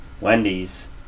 Wendy's